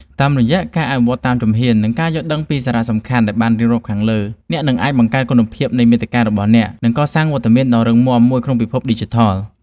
តាមរយៈការអនុវត្តតាមជំហ៊ាន និងការយល់ដឹងពីសារៈសំខាន់ដែលបានរៀបរាប់ខាងលើ អ្នកនឹងអាចបង្កើនគុណភាពនៃមាតិការបស់អ្នក និងកសាងវត្តមានដ៏រឹងមាំមួយនៅក្នុងពិភពឌីជីថល។